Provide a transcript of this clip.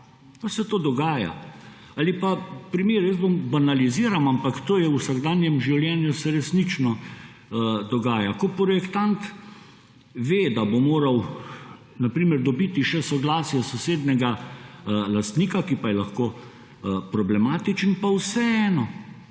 se to dogaja. Ali pa primer, banaliziram, ampak to se v vsakdanjem življenju resnično dogaja, ko projektant ve, da bo moral na primer dobiti še soglasje sosednjega lastnika, ki pa je lahko problematičen, pa vseeno